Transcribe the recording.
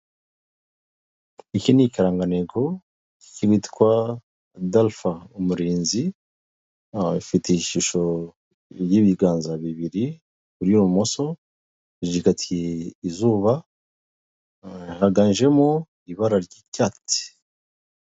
Iki ni ikirangantego kitwa dalufa umurinzi, ifite ishusho y'ibiganza bibiri by'ibumoso, bishigatiye izuba, haganjemo ibara ry'icyatsi.